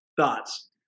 thoughts